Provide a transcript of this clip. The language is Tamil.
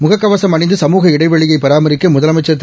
முகக்கவசம் அணிந்து சமூக இடைவெளியை பராமரிக்க முதலமைச்சள் திரு